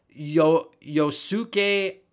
yosuke